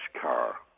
car